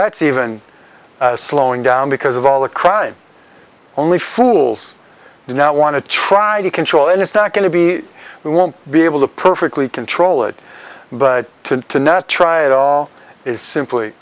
that's even slowing down because of all the crime only fools you know want to try to control and it's not going to be we won't be able to perfectly control it but to to not try it is simply